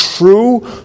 true